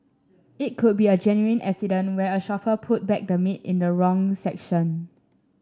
it could be a genuine accident where a shopper put back the meat in the wrong section